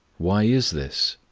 why is this?